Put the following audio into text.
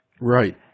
Right